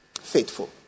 Faithful